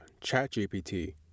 ChatGPT